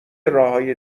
راههای